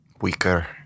Weaker